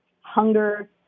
hunger